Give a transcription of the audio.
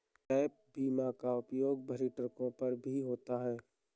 gap बीमा का प्रयोग भरी ट्रकों पर भी होता है